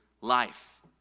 life